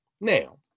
Now